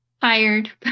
Tired